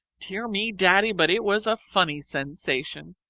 dear me, daddy, but it was a funny sensation!